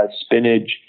spinach